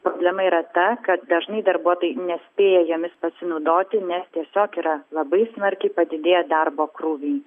problema yra ta kad dažnai darbuotojai nespėja jomis pasinaudoti nes tiesiog yra labai smarkiai padidėję darbo krūviai